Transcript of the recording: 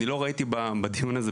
אני לא ראיתי בדיון הזה,